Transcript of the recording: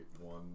one